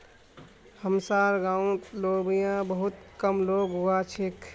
हमसार गांउत लोबिया बहुत कम लोग उगा छेक